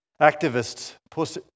Activists